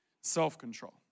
self-control